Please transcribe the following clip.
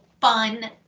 fun